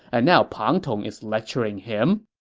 and now pang tong is lecturing him?